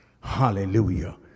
hallelujah